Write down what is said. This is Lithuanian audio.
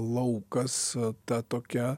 laukas ta tokia